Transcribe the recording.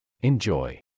Enjoy